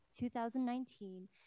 2019